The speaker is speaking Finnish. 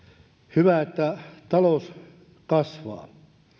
hyvä että talous kasvaa